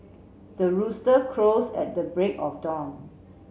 the rooster crows at the break of dawn